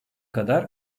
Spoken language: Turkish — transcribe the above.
kadar